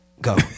Go